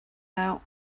out